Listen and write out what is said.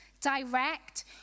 direct